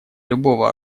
любого